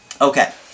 Okay